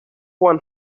one